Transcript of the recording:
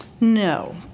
No